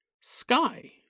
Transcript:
sky